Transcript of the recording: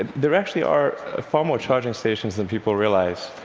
and there actually are far more charging stations than people realize,